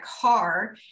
car